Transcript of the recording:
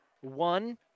One